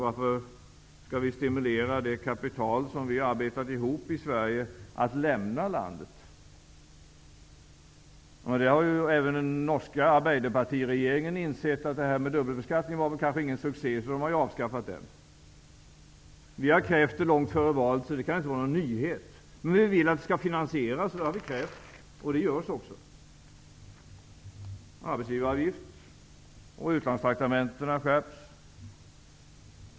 Varför skall vi stimulera det kapital som vi har arbetat ihop i Sverige att lämna landet? Det har även den norska arbeiderpartiregeringen insett, att dubbelbeskattning kanske inte var någon succé. De har avskaffat den. Vi har krävt det långt före valet, så det kan inte vara någon nyhet. Vi vill att det skall finansieras. Det har vi krävt. Det görs också. Det blir skärpningar när det gäller arbetsgivaravgifter och utlandstraktamenten.